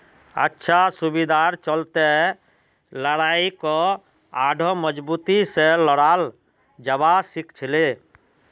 अच्छा सुविधार चलते लड़ाईक आढ़ौ मजबूती से लड़ाल जवा सखछिले